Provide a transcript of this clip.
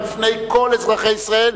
ובפני כל אזרחי ישראל,